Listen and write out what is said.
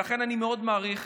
לכן אני מאוד מעריך